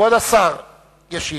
כבוד השר ישיב.